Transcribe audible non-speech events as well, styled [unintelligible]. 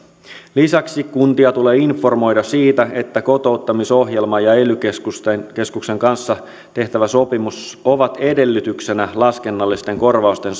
lisäksi kuntia tulee informoida siitä että kotouttamisohjelma ja ely keskuksen kanssa tehtävä sopimus ovat edellytyksenä laskennallisten korvausten [unintelligible]